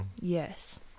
Yes